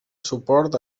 suport